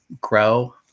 grow